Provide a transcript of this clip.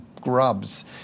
grubs